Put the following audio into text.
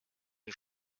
den